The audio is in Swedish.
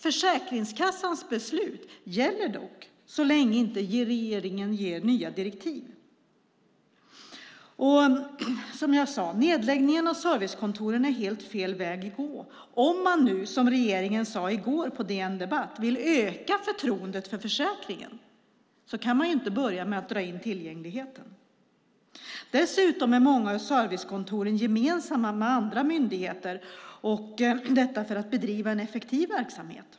Försäkringskassans beslut gäller dock så länge inte regeringen ger nya direktiv. Som jag sade är nedläggningen av servicekontoren helt fel väg att gå. Om man nu, som regeringen sade på DN Debatt i går, vill öka förtroendet för försäkringen kan man ju inte börja med att dra in tillgängligheten. Dessutom är många av servicekontoren gemensamma med andra myndigheter - detta för att man ska bedriva en effektiv verksamhet.